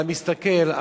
כשאתה מסתכל,